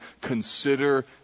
consider